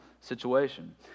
situation